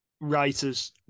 writers